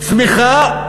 צמיחה,